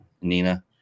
Nina